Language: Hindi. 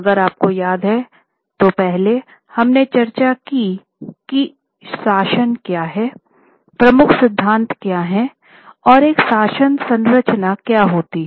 अगर आपको याद हो पहले हमने चर्चा की कि शासन क्या है प्रमुख सिद्धांत क्या हैं और एक शासन संरचना क्या होती है